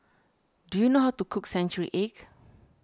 do you know how to cook Century Egg